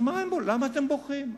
אז למה אתם בוכים?